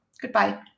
Goodbye